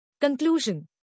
Conclusion